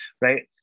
right